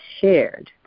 shared